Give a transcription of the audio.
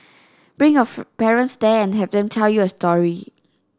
bring your parents there and have them tell you a story